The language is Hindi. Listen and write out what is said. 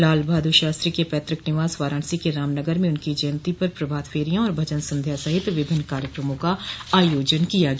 लाल बहादुर शास्त्री के पैतृक निवास वाराणसी के रामनगर में उनकी जयंती पर प्रभात फेरियां और भजन संध्या सहित विभिन्न कार्यक्रमों का आयोजन किया गया